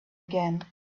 again